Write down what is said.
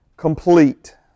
Complete